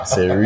Say